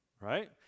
Right